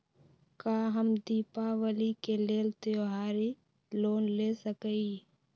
का हम दीपावली के लेल त्योहारी लोन ले सकई?